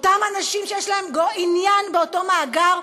אותם אנשים שיש להם עניין במאגר,